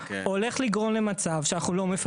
הולך לגרום למצב שאנחנו לא,